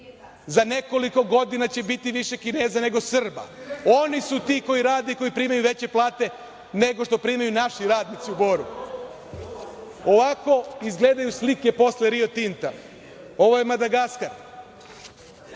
Za nekoliko godina će biti više Kineza nego Srba. Oni su ti koji rade, koji primaju veće plate nego što primaju naši radnici u Boru. Ovako izgledaju slike posle Rio Tinta. Ovo je Madagaskar.